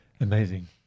Amazing